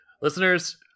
Listeners